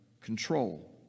control